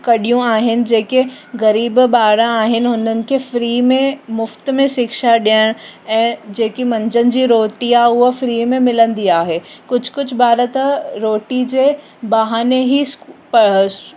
कढ़ियूं आहिनि जेके ग़रीबु ॿार आहिनि हुन्हनि खे फ्री में मुफ़्त में शिक्षा ॾिया ऐं जेकी मंझदि जी रोटी आहे उहा फ्री में मिलंदी आहे कुझु कुझु बार त रोटीअ जे बहाने ई स्क